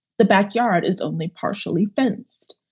the backyard is only partially fenced.